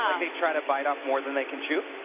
they try to bite off more than they can chew?